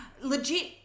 Legit